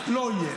לא יהיה.